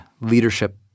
leadership